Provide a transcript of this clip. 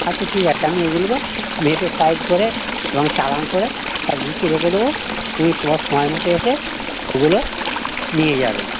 আচ্ছা ঠিক আছে আমি ওইগুলোকেও মেপে সাইজ করে চালান করে সব গুছিয়ে রেখে দেবো তুমি তোমার সময় মতো এসে ওগুলো নিয়ে যাবেন